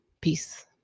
peace